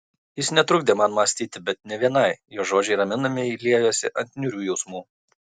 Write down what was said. jis netrukdė man mąstyti bet ne vienai jo žodžiai raminamai liejosi ant niūrių jausmų